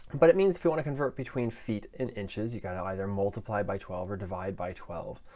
but it means if you want a convert between feet and inches you've got to either multiply by twelve or divide by twelve.